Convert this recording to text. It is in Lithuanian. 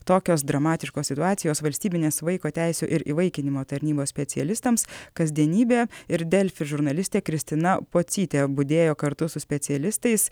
tokios dramatiškos situacijos valstybinės vaiko teisių ir įvaikinimo tarnybos specialistams kasdienybė ir delfi žurnalistė kristina pocytė budėjo kartu su specialistais